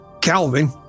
Calvin